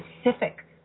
specific